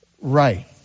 right